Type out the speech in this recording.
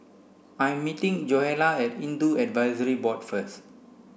I'm meeting Joella at Hindu Advisory Board first